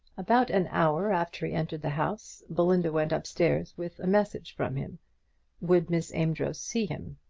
about an hour after he entered the house, belinda went up-stairs with a message from him would miss amedroz see him?